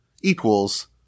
equals